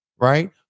right